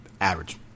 average